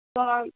اور